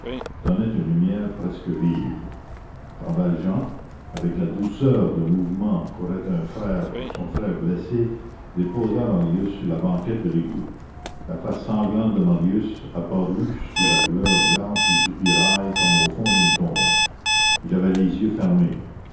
donnait une lumière presque vive jean valjean avec la douceur de mouvements qu'aurait un frère pour son frère blessé déposa marius sur la banquette de l'égout la face sanglante de marius apparut sous la lueur blanche du soupirail comme au fond d'une tombe il avait les yeux fermés